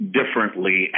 differently